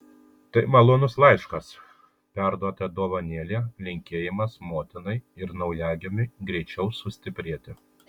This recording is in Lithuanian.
tai malonus laiškas perduota dovanėlė linkėjimas motinai ir naujagimiui greičiau sustiprėti